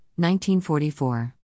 1944